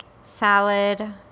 salad